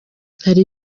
hari